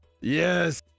yes